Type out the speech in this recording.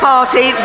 Party